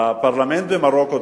בפרלמנט במרוקו,